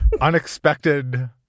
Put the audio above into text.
Unexpected